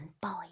boy